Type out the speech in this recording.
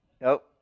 Nope